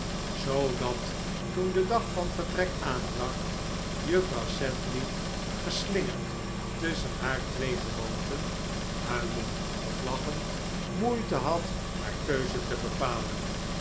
zoodat toen de dag van vertrek aanbrak juffrouw sedley geslingerd tusschen haar twee gewoonten huilen of lachen moeite had haar keuze te bepalen